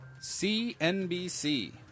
CNBC